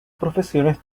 profesiones